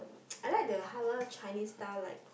I like the halal Chinese style like